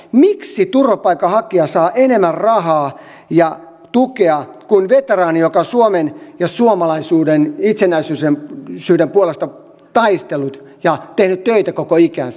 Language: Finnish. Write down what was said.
miksi turvapaikanhakija saa enemmän rahaa ja tukea kuin veteraani joka on suomen ja suomalaisuuden itsenäisyyden puolesta taistellut ja tehnyt töitä koko ikänsä